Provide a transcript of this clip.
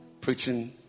preaching